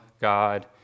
God